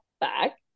back